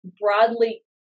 broadly